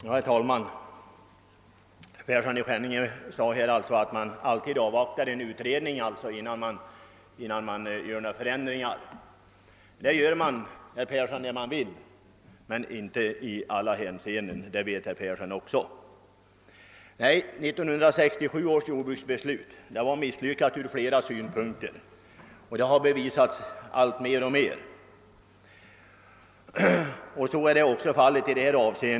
Herr talman! Herr Persson i Skänninge sade att man alltid brukar avvakta resultatet av en pågående utredning innan det vidtas förändringar, men det gör man när man vill och inte vid alla tillfällen — det vet också herr Persson. 1967 års jordbruksbeslut var i flera hänseenden misslyckat, något som visat sig mer och mer. Detsamma är också förhållandet i detta fall.